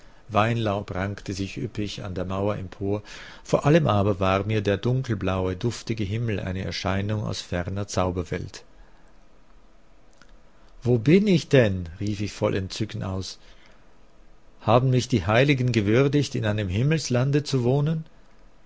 weinlaub rankte sich üppig an der mauer empor vor allem aber war mir der dunkelblaue duftige himmel eine erscheinung aus ferner zauberwelt wo bin ich denn rief ich voll entzücken aus haben mich die heiligen gewürdigt in einem himmelslande zu wohnen